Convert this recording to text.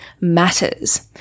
matters